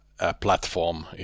platform